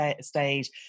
stage